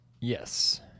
Yes